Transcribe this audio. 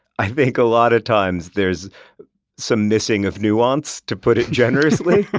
i think a lot of times there's some missing of nuance, to put it generously.